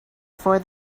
for